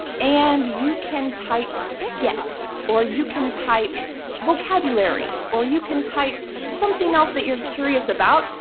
and you can type get or you can type vocabulary or you can type something else that you're curious about.